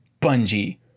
Bungie